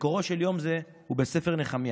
מקורו של יום זה הוא בספר נחמיה: